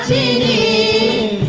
a